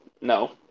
No